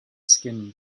skin